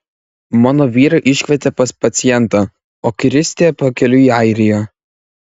mano vyrą iškvietė pas pacientą o kristė pakeliui į airiją